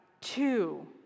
two